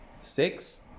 Six